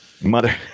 Mother